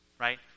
right